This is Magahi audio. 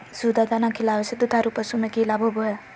सुधा दाना खिलावे से दुधारू पशु में कि लाभ होबो हय?